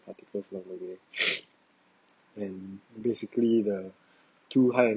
particles long away and basically the two high